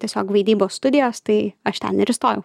tiesiog vaidybos studijos tai aš ten ir įstojau